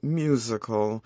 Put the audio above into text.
musical